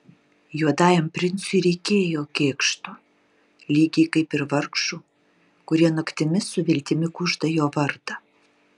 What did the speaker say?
juodajam princui reikėjo kėkšto lygiai kaip ir vargšų kurie naktimis su viltimi kužda jo vardą